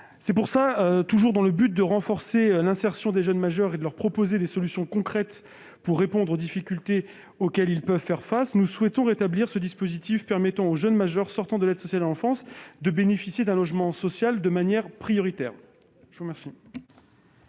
étant illimitée. Toujours dans le but de renforcer l'insertion des jeunes majeurs et de leur proposer des solutions concrètes pour répondre aux difficultés auxquelles ils peuvent faire face, nous souhaitons rétablir le dispositif permettant aux jeunes majeurs sortant de l'aide sociale à l'enfance de bénéficier d'un logement social de manière prioritaire. La parole